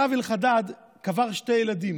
הרב אלחדד קבר שני ילדים,